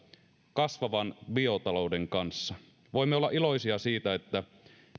kasvavan biotalouden kanssa voimme olla iloisia siitä että